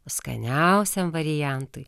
skaniausiam variantui